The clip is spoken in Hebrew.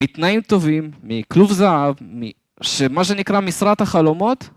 מתנאים טובים, מכלוב זהב, מה שנקרא משרת החלומות